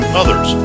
others